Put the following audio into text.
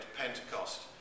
Pentecost